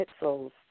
pixels